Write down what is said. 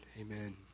Amen